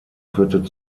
führte